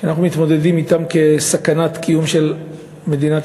שאנחנו מתמודדים אתה כסכנת קיום למדינת